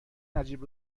نجیب